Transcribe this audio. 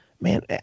man